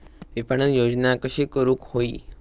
विपणन योजना कशी करुक होई?